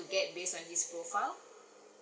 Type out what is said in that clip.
get based on his profile